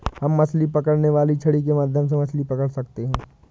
हम मछली पकड़ने वाली छड़ी के माध्यम से मछली पकड़ सकते हैं